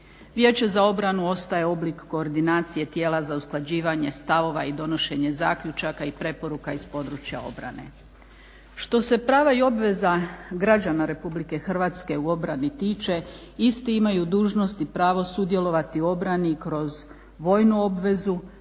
Vijeće za obranu ostaje oblik koordinacije tijela za usklađivanje stavova i donošenje zaključaka i preporuka iz područja obrane. Što se prava i obveza građana RH u obrani tiče isti imaju dužnost i pravo sudjelovati u obrani kroz vojnu obvezu,